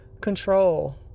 control